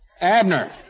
Abner